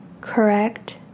Correct